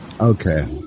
Okay